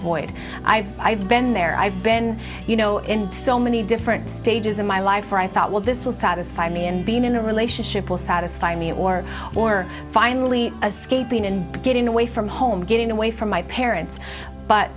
void i've i've been there i've been you know in so many different stages in my life where i thought well this will satisfy me and being in a relationship will satisfy me or or finally getting away from home getting away from my parents but